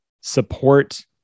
support